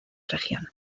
región